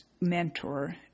mentor